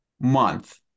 month